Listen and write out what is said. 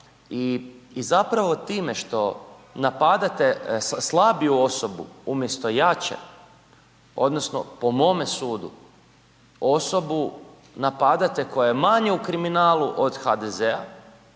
I zapravo time što napadate slabiju osobu umjesto jače odnosno po mome sudu osobu napade koja je manje u kriminalu od HDZ-a,